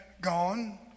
gone